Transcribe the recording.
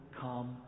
come